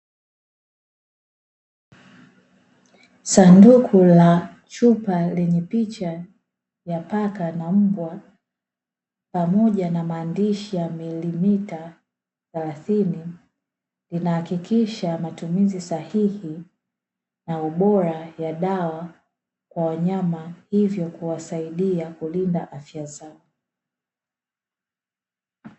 Sanduku la chupa lenye picha ya paka na mbwa, pamoja na maandishi ya milimita thelathini, linahakikisha matumizi sahihi na ubora wa dawa kwa wanyama, hivyo kuwasaidia kulinda afya zao.